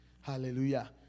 Hallelujah